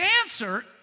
answer